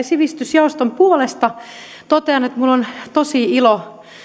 sivistysjaoston puolesta totean että minulla on tosi ilo